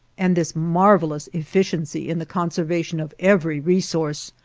and this marvelous efficiency in the conservation of every resource,